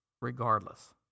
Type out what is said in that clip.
regardless